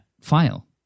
file